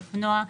אופנוע,